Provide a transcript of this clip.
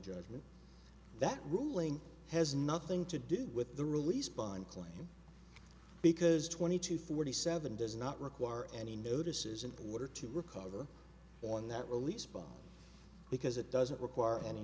judgment that ruling has nothing to do with the release bond claim because twenty two forty seven does not require any notices in order to recover on that release but because it doesn't require any